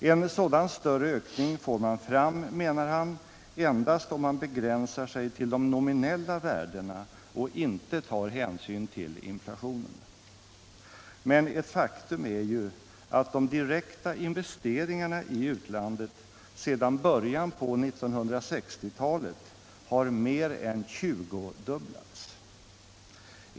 En sådan större ökning får man fram, menar han, endast om man begränsar sig till de nominella värdena och inte tar hänsyn till inflationen. Men ett faktum är ju att de direkta investeringarna i utlandet sedan början på 1960-talet har mer än tjugodubblats.